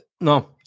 no